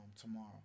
tomorrow